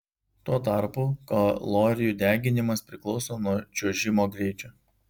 tuo tarpu kalorijų deginimas priklauso nuo čiuožimo greičio